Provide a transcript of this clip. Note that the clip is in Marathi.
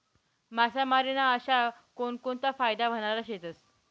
मासामारी ना अशा कोनकोनता फायदा व्हनारा शेतस?